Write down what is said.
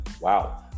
wow